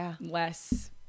less